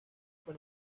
fue